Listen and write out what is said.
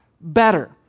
better